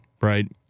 Right